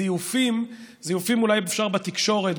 זיופים אולי אפשר בתקשורת,